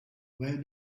where